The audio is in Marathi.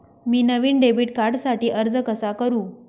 मी नवीन डेबिट कार्डसाठी अर्ज कसा करु?